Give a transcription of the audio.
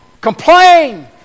Complain